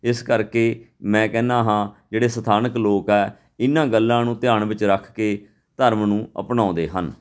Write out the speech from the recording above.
ਇਸ ਕਰਕੇ ਮੈਂ ਕਹਿੰਦਾ ਹਾਂ ਜਿਹੜੇ ਸਥਾਨਕ ਲੋਕ ਹੈ ਇਹਨਾਂ ਗੱਲਾਂ ਨੂੰ ਧਿਆਨ ਵਿੱਚ ਰੱਖ ਕੇ ਧਰਮ ਨੂੰ ਅਪਣਾਉਂਦੇ ਹਨ